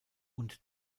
und